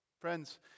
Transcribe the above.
Friends